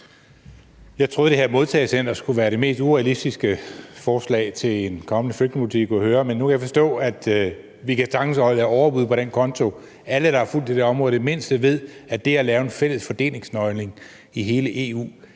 Jeg troede, at det her modtagecenter skulle være det mest urealistiske forslag til en kommende flygtningepolitik, man kunne høre, men nu kan jeg forstå, at vi sagtens kan lave overbud på den konto. Alle, der har fulgt det her område, ved i det mindste, at det at lave en fælles fordelingsnøgle i hele EU